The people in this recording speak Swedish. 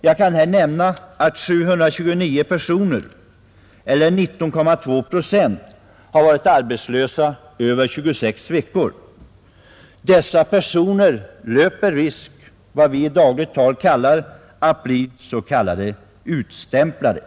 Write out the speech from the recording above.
Jag kan här nämna att 729 personer, eller 19,2 procent, har varit arbetslösa mer än 26 veckor. Dessa personer löper risk att bli vad vi i dagligt tal kallar utstämplade.